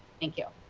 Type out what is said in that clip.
thank you.